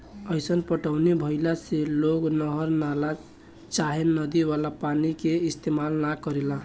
अईसन पटौनी भईला से लोग नहर, नाला चाहे नदी वाला पानी के इस्तेमाल न करेला